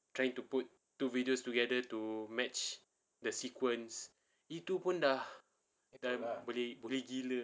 trying to put two videos together to match the sequence itu pun dah boleh jadi gila